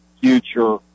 future